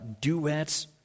Duets